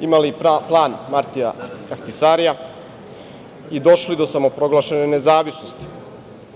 imali plan Martija Ahtisarija i došli do samoproglašene nezavisnosti. Sa